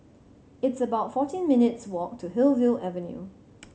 it's about fourteen minutes' walk to Hillview Avenue